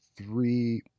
three